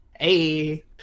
Hey